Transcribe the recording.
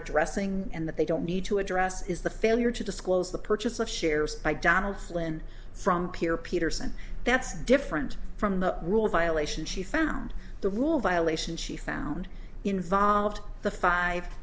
addressing and that they don't need to address is the failure to disclose the purchase of shares by donald flynn from peter peterson that's different from the rule violation she found the rule violation she found involved the five